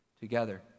together